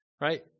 right